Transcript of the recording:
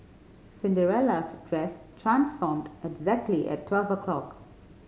Cinderella's dress transformed exactly at twelve o'clock